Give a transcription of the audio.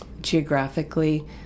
geographically